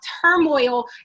turmoil